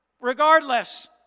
Regardless